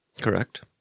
Correct